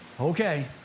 Okay